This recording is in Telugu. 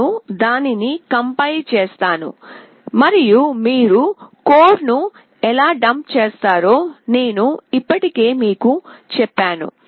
నేను దానిని కంపైల్ చేస్తాను మరియు మీరు కోడ్ను ఎలా డంప్ చేస్తారో నేను ఇప్పటికే మీకు చెప్పాను